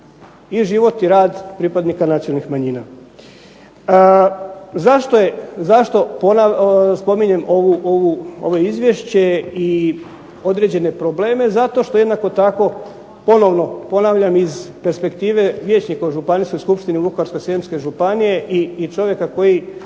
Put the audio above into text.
i život i rad pripadnika nacionalnih manjina. Zašto spominjem ovo izvješće i određene probleme? Zato što jednako tako, ponovno ponavljam, iz perspektive vijećnika u Županijskoj skupštini Vukovarsko-srijemske županije i čovjeka koji